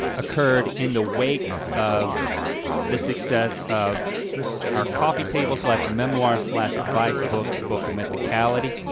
occurred in the wake of the success of our coffee table, slash memoir, slash advice book, the book of mythicality,